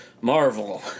Marvel